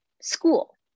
school